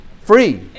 Free